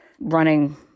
running